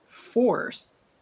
force